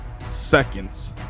seconds